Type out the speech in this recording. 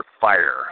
fire